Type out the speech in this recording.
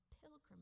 pilgrimage